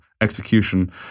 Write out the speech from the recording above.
execution